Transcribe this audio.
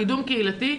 קידום קהילתי,